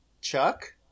Chuck